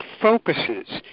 focuses